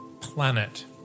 planet